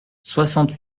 soixante